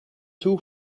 too